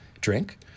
drink